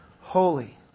holy